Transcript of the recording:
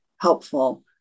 helpful